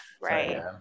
Right